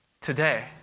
Today